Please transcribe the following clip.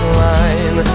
line